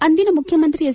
ಅಂದಿನ ಮುಖ್ಯಮಂತ್ರಿ ಎಚ್